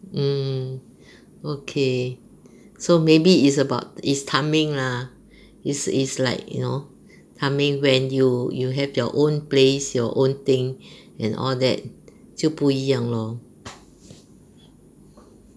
mm okay so maybe it's about it's timing lah is is like you know timing when you you have your own place your own thing and all that 就不一样 lor